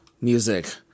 Music